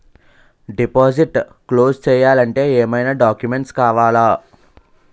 Deposit close చేయాలి అంటే ఏమైనా డాక్యుమెంట్స్ కావాలా?